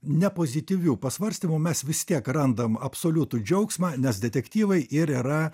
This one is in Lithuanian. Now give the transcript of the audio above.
nepozityvių pasvarstymų mes vis tiek randam absoliutų džiaugsmą nes detektyvai ir yra